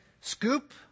scoop